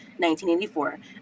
1984